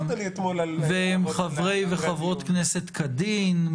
והם חברי וחברות כנסת כדין,